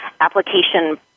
application